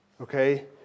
Okay